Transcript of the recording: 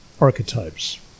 archetypes